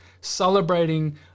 celebrating